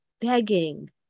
begging